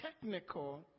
technical